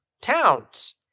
towns